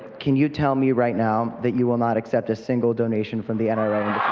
can you tell me right now that you will not accept a single donation from the and nra?